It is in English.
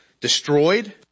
destroyed